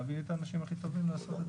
להביא את האנשים הכי טובים לעשות את הדבר הזה.